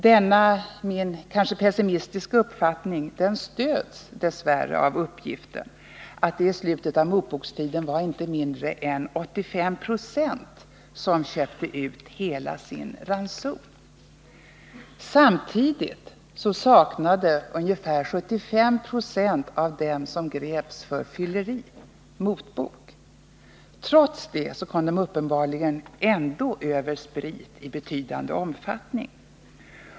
Denna min — kanske pessimistiska — uppfattning stöds dess värre av uppgiften att det i slutet av motbokstiden var inte mindre än 85 96 som köpte ut hela sin ranson. Samtidigt saknade ungefär 75 96 av dem som greps för fylleri motbok. Trots det kom de uppenbarligen ändå över sprit i betydande omfattning.